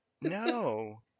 No